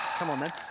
come on, then.